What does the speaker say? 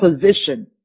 position